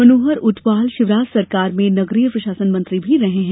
मनोहर ऊंटवाल शिवराज सरकार ने नगरीय प्रसाशन मंत्री भी रहे हैं